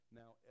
now